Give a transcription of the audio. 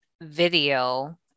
video